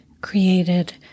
created